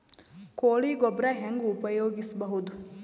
ಕೊಳಿ ಗೊಬ್ಬರ ಹೆಂಗ್ ಉಪಯೋಗಸಬಹುದು?